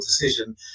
decision